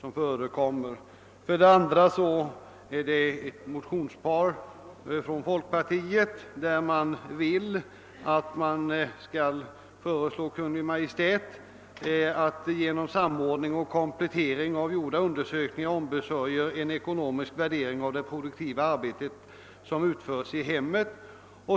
Vidare är det ett motionspar från folkpartiet där det hemställes att riksdagen skall föreslå Kungl. Maj:t att genom samordning och komplettering av gjorda undersökning ar ombesörja en ekonomisk värdering av det produktiva arbete som utförs i hemmen.